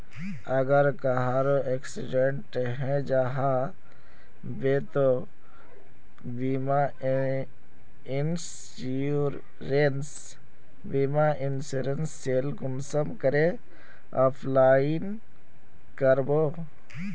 अगर कहारो एक्सीडेंट है जाहा बे तो बीमा इंश्योरेंस सेल कुंसम करे अप्लाई कर बो?